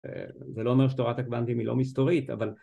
‫זה לא אומר שתורת הקוונטים ‫היא לא מסתורית, אבל...